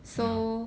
ya